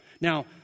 Now